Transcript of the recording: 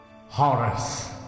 Horace